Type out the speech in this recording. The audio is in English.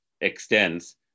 extends